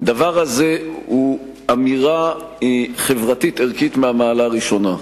הדבר הזה הוא אמירה חברתית ערכית מהמעלה הראשונה.